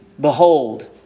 Behold